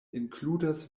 inkludas